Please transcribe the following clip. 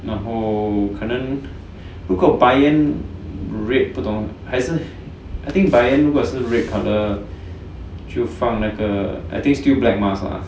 然后可能如果 bayern red 不懂还是 I think bayern 如果是 red colour 就放那个 I think still black mask ah